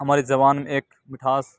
ہماری زبان ایک مٹھاس